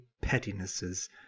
pettinesses